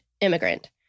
immigrant